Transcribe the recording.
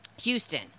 Houston